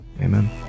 amen